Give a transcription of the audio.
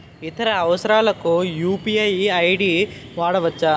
ఇతర అవసరాలకు UPI ID వాడవచ్చా?